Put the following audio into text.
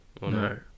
no